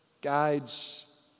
guides